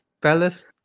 Palace